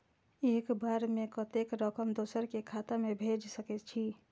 एक बार में कतेक रकम दोसर के खाता में भेज सकेछी?